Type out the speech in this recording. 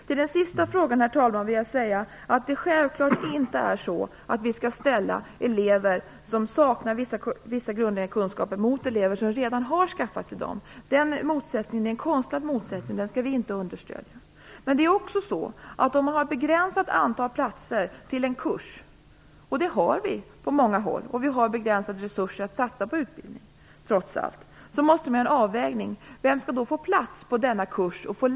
Till sist, herr talman, vill jag säga att det självklart inte är så att vi skall ställa elever som saknar vissa grundläggande kunskaper mot elever som redan har skaffat sig dessa. Det är en konstlad motsättning, och den skall vi inte understödja. Men vi har trots allt begränsade resurser att satsa på utbildning. Om vi har ett begränsat antal platser till en kurs, vilket vi har på många håll, så måste man göra en avvägning. Vem skall då få plats på denna kurs?